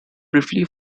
briefly